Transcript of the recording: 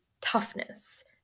toughness